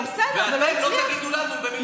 ואתם לא תגידו לנו במי לבחור.